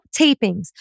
tapings